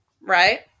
right